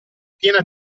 piena